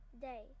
Day